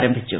ആരംഭിച്ചു